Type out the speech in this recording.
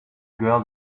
girl